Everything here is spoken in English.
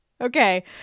Okay